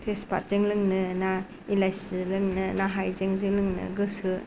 थेसफातजों लोंनो ना इलासिजों लोंनो ना हायजेंजों लोंनो गोसो